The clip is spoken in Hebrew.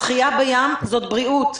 שחייה בים זאת בריאות.